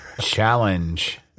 challenge